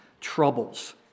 troubles